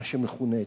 מה שמכונה אצלנו,